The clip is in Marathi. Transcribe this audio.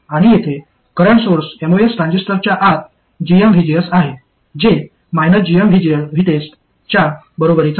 आणि येथे करंट सोर्स एमओएस ट्रान्झिस्टरच्या आत gmvgs आहे जे gmVTEST च्या बरोबरीचा आहे